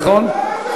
נכון?